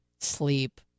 sleep